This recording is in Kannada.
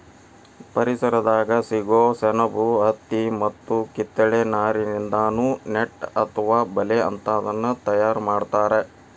ಪರಿಸರದಾಗ ಸಿಗೋ ಸೆಣಬು ಹತ್ತಿ ಮತ್ತ ಕಿತ್ತಳೆ ನಾರಿನಿಂದಾನು ನೆಟ್ ಅತ್ವ ಬಲೇ ಅಂತಾದನ್ನ ತಯಾರ್ ಮಾಡ್ತಾರ